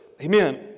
Amen